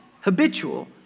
habitual